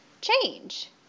change